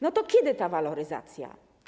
No to kiedy ta waloryzacja?